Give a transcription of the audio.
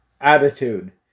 attitude